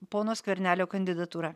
pono skvernelio kandidatūra